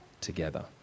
together